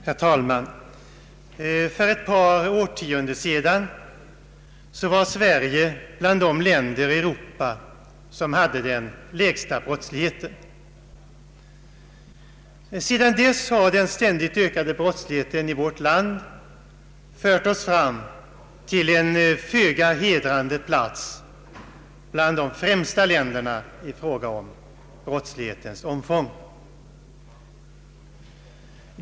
Herr talman! För ett par årtionden sedan var Sverige bland de länder i Europa som hade den lägsta brottsligheten. Sedan dess har den ständigt ökade brottsligheten i vårt land fört oss fram till en föga hedrande plats bland de främsta länderna i fråga om brottslighetens omfång.